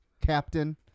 Captain